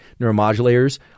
Neuromodulators